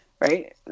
right